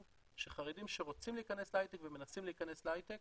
שחרדים שרוצים להכנס להייטק ומנסים להכנס להייטק